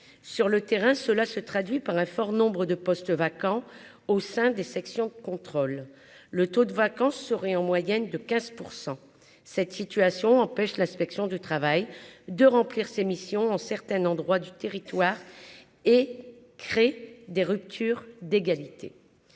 sur le terrain, cela se traduit par un fort nombre de postes vacants au sein des sections contrôle le taux de vacance serait en moyenne de 15 % cette situation empêche l'inspection du travail de remplir ses missions en certains endroits du territoire et crée des ruptures d'égalité